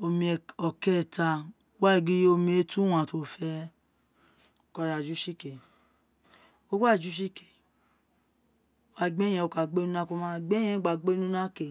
omi ọkeẹta gba ka da ju si ké wo gba jusi ké a gbé ẹyẹn wé wo ka gbé ni una wo ma gbé eyẹn wê gba gbe ni una kê